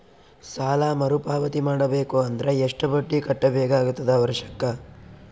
ಸಾಲಾ ಮರು ಪಾವತಿ ಮಾಡಬೇಕು ಅಂದ್ರ ಎಷ್ಟ ಬಡ್ಡಿ ಕಟ್ಟಬೇಕಾಗತದ ವರ್ಷಕ್ಕ?